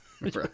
right